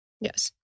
Yes